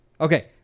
okay